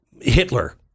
Hitler